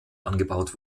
angebaut